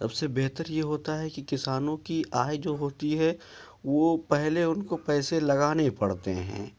سب سے بہتر یہ ہوتا ہے کہ کسانوں کی آئے جو ہوتی ہے وہ پہلے ان کو پیسے لگانے پڑتے ہیں